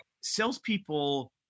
Salespeople